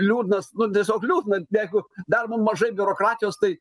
liūdnas nu tiesiog liūdna jeigu dar mum mažai biurokratijos tai